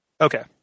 Okay